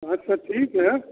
अच्छा ठीक है